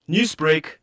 Newsbreak